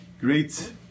great